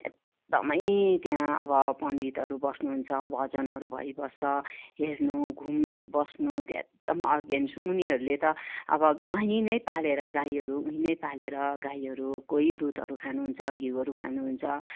एकदमै त्यहाँ अब पन्डितहरू बस्नु हुन्छ अब भजनहरू भइबस्छ हेर्नु घुम्नु बस्नु त्यहाँ एकदम अर्गेन्स उनीहरूले त अब वहीँ नै पालेर गाईहरू वहीँ नै पालेर गाईहरूकै दुधहरू खानु हुन्छ घिउहरू खानु हुन्छ